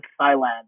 Thailand